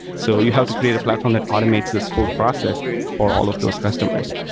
so you have to create a platform that automates this whole process for all of those customers.